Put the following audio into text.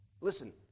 Listen